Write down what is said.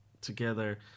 together